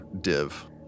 div